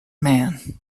man